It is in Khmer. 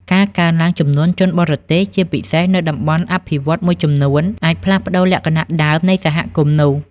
ការកើនឡើងចំនួនជនបរទេស ជាពិសេសនៅតំបន់អភិវឌ្ឍន៍មួយចំនួន អាចផ្លាស់ប្តូរលក្ខណៈដើមនៃសហគមន៍នោះ។